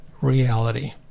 reality